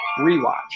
rewatch